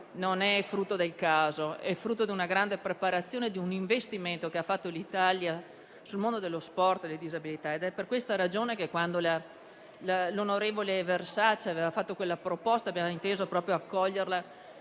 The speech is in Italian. non è frutto del caso, ma di una grande preparazione e di un investimento che l'Italia ha fatto sul mondo dello sport e delle disabilità. È per questa ragione che, quando l'onorevole Versace ha fatto quella proposta abbiamo inteso accoglierla